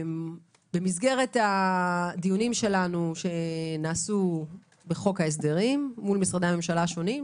במסגרת הדיונים שלנו שנעשו בחוק ההסדרים מול משרדי הממשלה השונים,